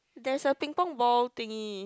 there's a pingpong ball thingy